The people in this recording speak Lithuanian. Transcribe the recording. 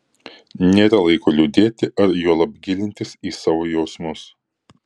nėra laiko liūdėti ar juolab gilintis į savo jausmus